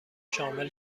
شامل